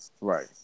right